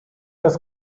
das